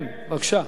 כן, בבקשה.